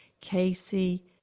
Casey